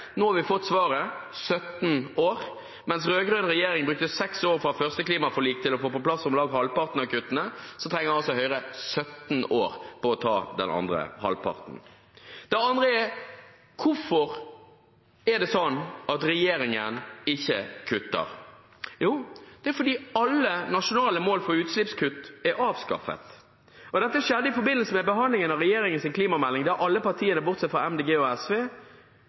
Nå har vi fått svaret: 17 år. Mens den rød-grønne regjeringen brukte seks år fra første klimaforlik til å få på plass om lag halvparten av kuttene, trenger Høyre 17 år på å ta den andre halvparten. Det andre er: Hvorfor er det slik at regjeringen ikke kutter? Jo, fordi alle nasjonale mål for utslippskutt er avskaffet, og dette skjedde i forbindelse med behandlingen av regjeringens klimamelding, der alle partiene, bortsett fra MDG og SV,